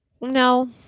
no